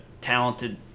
talented